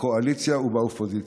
בקואליציה ובאופוזיציה.